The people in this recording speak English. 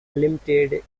limited